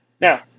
Now